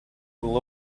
will